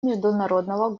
международного